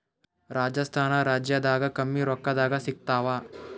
ರಾಜಸ್ಥಾನ ರಾಜ್ಯದಾಗ ಕಮ್ಮಿ ರೊಕ್ಕದಾಗ ಸಿಗತ್ತಾವಾ?